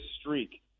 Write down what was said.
streak